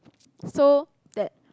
so that